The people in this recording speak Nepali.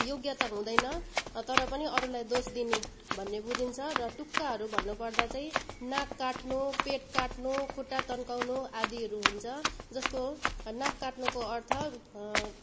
योग्यता हुँदैन तर पनि अरूलाई दोष दिने भन्ने बुझिन्छ र तुक्काहरू भन्नु पर्दा चाहिँ नाक काट्नु पेट काट्नु खुट्टा तन्काउनु आदिहरू हुन्छ जसको नाक काट्नुको अर्थ